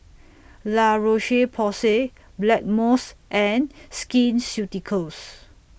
La Roche Porsay Blackmores and Skin Ceuticals